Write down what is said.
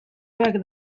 hobeak